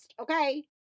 okay